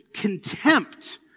contempt